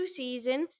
season